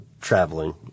traveling